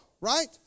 right